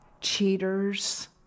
cheaters